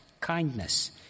kindness